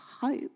hope